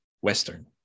western